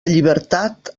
llibertat